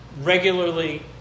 regularly